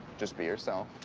just be yourself.